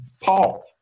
Paul